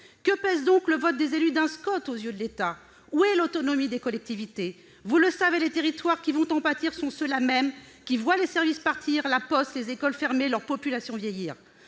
Que pèse donc le vote par des élus d'un SCOT aux yeux de l'État ? Où est l'autonomie des collectivités ? Vous le savez, les territoires qui vont en pâtir sont ceux-là mêmes qui voient les services partir, la poste, les écoles fermer, leur population vieillir